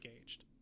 engaged